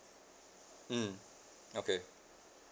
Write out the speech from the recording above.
mm okay